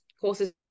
courses